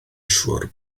siŵr